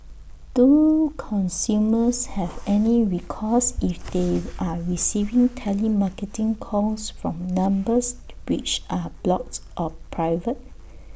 do consumers have any recourse if they are receiving telemarketing calls from numbers which are blocked or private